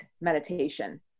meditation